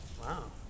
Wow